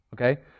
okay